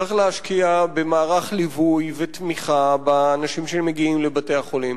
צריך להשקיע במערך ליווי ותמיכה לאנשים שמגיעים לבתי-החולים.